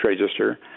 register